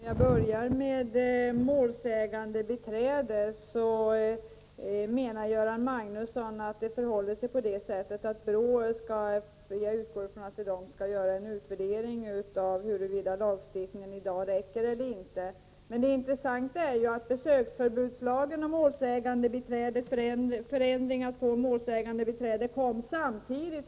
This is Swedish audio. Herr talman! Jag vill börja med målsägandebiträde. Göran Magnusson menar att BRÅ — som jag utgår ifrån att det gäller — skall göra en utvärdering beträffande huruvida gällande lagstiftning räcker eller inte. Men det intressanta är följande. Besöksförbudslagen och förändringen beträffande möjligheterna att få målsägandebiträde kom samtidigt.